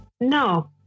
No